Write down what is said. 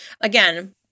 again